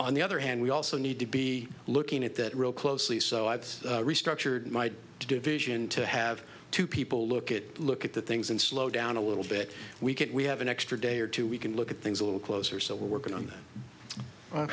on the other hand we also need to be looking at that real closely so i restructured my division to have two people look at look at the things and slow down a little bit we could we have an extra day or two we can look at things a little closer so we're working on that